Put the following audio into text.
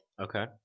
Okay